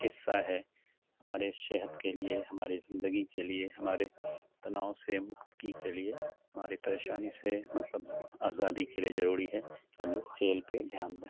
حصہ ہے ہمارے صحت کے لیے ہماری زندگی کے لیے ہمارے تناؤ سے مکتکی کے لیے ہماری پریشانی سے مطلب آزادی کے لیے ضروری ہے کہ ہم لوگ کھیل پہ دھیان دیں